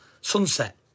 sunset